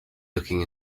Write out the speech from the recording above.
looking